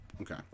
Okay